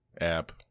app